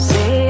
Say